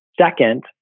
Second